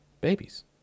babies